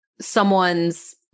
someone's